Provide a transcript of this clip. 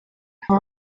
nka